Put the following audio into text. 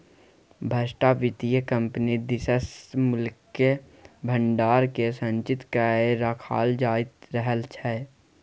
सभटा वित्तीय कम्पनी दिससँ मूल्यक भंडारकेँ संचित क कए राखल जाइत रहल छै